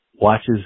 watches